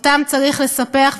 אותם צריך לספח,